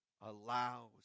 allows